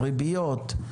ריביות?